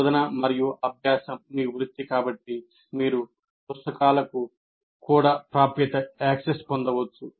బోధన మరియు అభ్యాసం మీ వృత్తి కాబట్టి మీరు పుస్తకాలకు కూడా ప్రాప్యత పొందవచ్చు